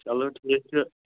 چَلو ٹھیٖک چھِ